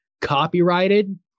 copyrighted